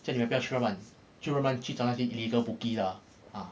叫你们不要去乱乱去乱乱去找那些 illegal bookie lah ah